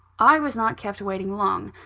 i was not kept waiting long.